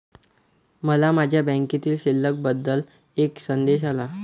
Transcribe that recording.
मला माझ्या बँकेतील शिल्लक बद्दल एक संदेश आला